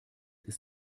ist